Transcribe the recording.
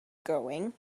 going